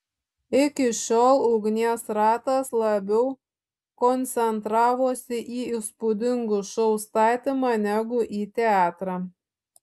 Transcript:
iki šiol ugnies ratas labiau koncentravosi į įspūdingų šou statymą negu į teatrą